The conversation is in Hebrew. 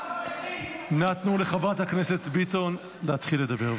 נא תנו לחברת הכנסת ביטון להתחיל לדבר.